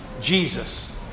Jesus